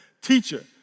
Teacher